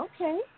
Okay